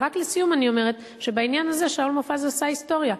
ורק לסיום אני אומרת שבעניין הזה שאול מופז עשה היסטוריה,